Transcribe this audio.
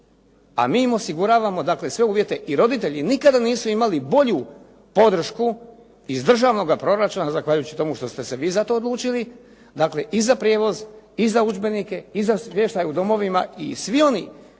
a mi mu osiguravamo dakle sve uvjete i roditelji nikada nisu imali bolju podršku iz državnoga proračuna zahvaljujući tome što ste se vi za to odlučili, dakle i za prijevoz i za udžbenike i za smještaj u domovima i svi oni